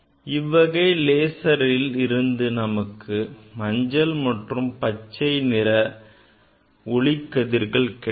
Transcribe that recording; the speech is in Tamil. இவ்வகை லேசரில் இருந்து நமக்கு மஞ்சள் மற்றும் பச்சை நிற ஒளிக்கதிர்கள் கிடைக்கும்